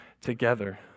together